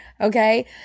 Okay